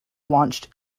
launched